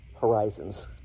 horizons